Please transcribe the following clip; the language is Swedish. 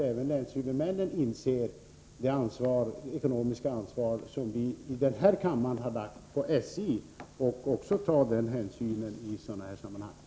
Även länshuvudmännen måste inse det ekonomiska ansvar som vi här i kammaren har lagt på SJ och i sådana här sammanhang också ta hänsyn till det.